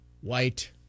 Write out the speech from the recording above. white